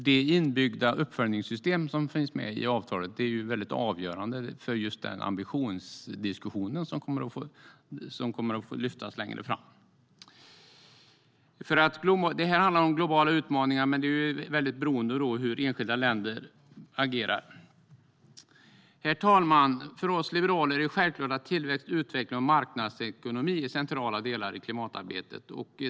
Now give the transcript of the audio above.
Det inbyggda uppföljningssystem som finns med i avtalet är väldigt avgörande för ambitionsdiskussionen som kommer att lyftas upp längre fram. Det handlar om globala utmaningar. Men det är väldigt beroende av hur enskilda länder agerar. Herr talman! För oss liberaler är det självklart att tillväxt, utveckling och marknadsekonomi är centrala delar i klimatarbetet.